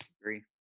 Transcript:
Agree